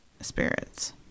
spirits